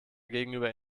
gegenüber